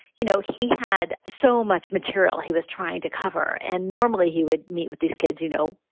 you know, he had so much material he was trying to cover. and normally he would meet with these kids, you know,